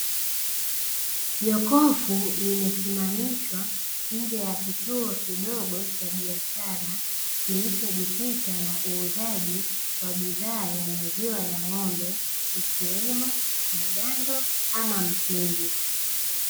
Jokofu limesimamishwa nje ya kituo kidogo cha biashara, kilichojikita na uuzaji wa bidhaa ya maziwa ya ng'ombe, ikiwemo mgando, ama mtindi.